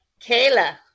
Kayla